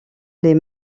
les